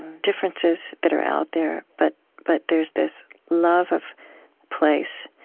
differences that are out there, but but there's this love of place,